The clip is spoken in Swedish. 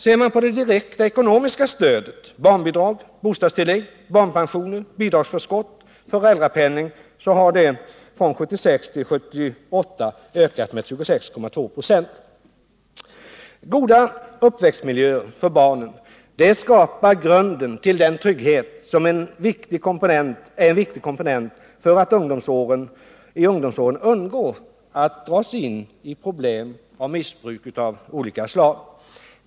Ser man på det direkta ekonomiska stödet — barnbidrag, bostadstillägg, barnpensioner, bidragsförskott, föräldrapenning — finner man att det från 1976 till 1978 ökat med 26,2 96. Goda uppväxtmiljöer för barnen skapar grunden till den trygghet som är en viktig komponent för att man i ungdomsåren skall undgå att dras in i problem med missbruk av olika slag.